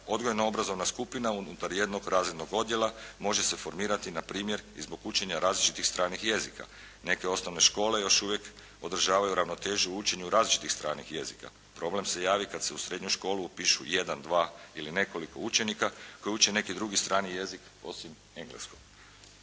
Odgojno obrazovna skupina unutar jednog razrednog odjela može se formirati na primjer i zbog učenja različitih stranih jezika. Neke osnovne škole još uvijek održavaju ravnotežu u učenju različitih stranih jezika. Problem se javi kada se u srednju školu upišu jedan, dva ili nekoliko učenika koji uče neki drugi strani jezik osim engleskog.